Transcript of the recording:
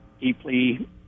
deeply